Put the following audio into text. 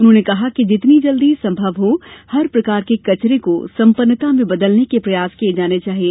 उन्होंने कहा कि जितनी जल्दी संभव हो हर प्रकार के कचरे को संपन्नता में बदलने के प्रयास किए जाने चाहिए